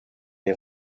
les